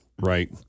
right